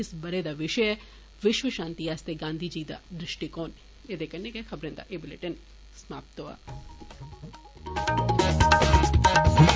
इस बरे दा विषय ऐ विश्व शांति आस्तै गांधी जी दा दृष्टिकोण